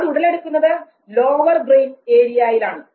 അത് ഉടലെടുക്കുന്നത് lower brain ഏരിയയിലാണ്